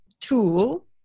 tool